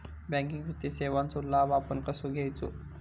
Banking वित्तीय सेवाचो लाभ आपण कसो घेयाचो?